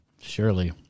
Surely